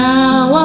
Now